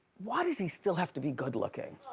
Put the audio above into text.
why does he still have to be good looking?